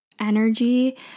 energy